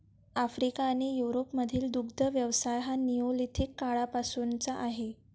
Africa आणि युरोपमधील दुग्ध व्यवसाय हा निओलिथिक काळापासूनचा आहे